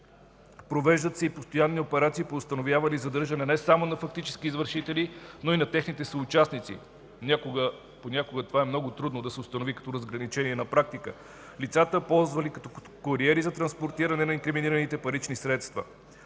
Провеждат се и постоянни операции по установяване и задържане не само на фактическите извършители, но и на техните съучастници. Понякога това е много трудно да се установи като разграничение на практика – лицата, ползвани като куриери за транспортиране на инкриминираните парични средства.